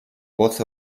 both